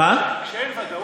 כשאין ודאות,